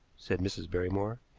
said mrs. barrymore,